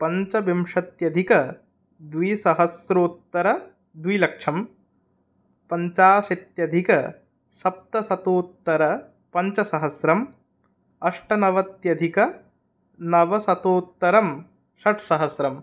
पञ्चविंशत्यधिकद्विसहस्रोत्तरद्विलक्षं पञ्चाशदधिकसप्तशतोत्तरपञ्चसहस्रम् अष्टनवत्यधिक नवशतोत्तरं षट्सहस्रम्